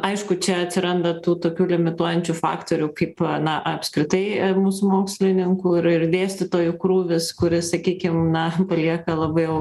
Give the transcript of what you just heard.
aišku čia atsiranda tų tokių limituojančių faktorių kaip ana apskritai mūsų mokslininkų ir ir dėstytojų krūvis kuris sakykim na palieka labai jau